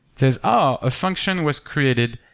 says, oh, a function was created.